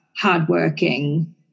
hardworking